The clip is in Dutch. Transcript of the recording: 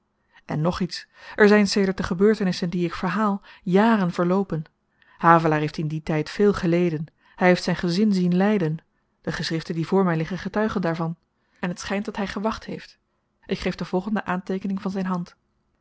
en nog iets er zyn sedert de gebeurtenissen die ik verhaal jaren verloopen havelaar heeft in dien tyd veel geleden hy heeft zyn gezin zien lyden de geschriften die voor my liggen getuigen daarvan en t schynt dat hy gewacht heeft ik geef de volgende aanteekening van zyn hand